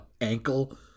ankle